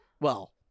Well-